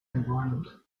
environment